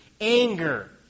anger